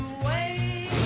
away